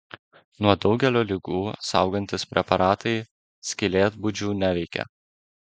nuo daugelio ligų saugantys preparatai skylėtbudžių neveikia